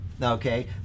okay